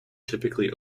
typically